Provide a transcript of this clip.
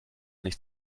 nicht